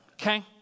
okay